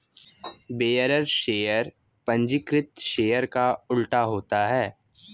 bearer share पंजीकृत share का उल्टा होता है